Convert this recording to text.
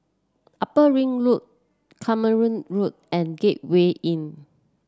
Upper Ring Road Carpmael Road and Gateway Inn